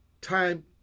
Time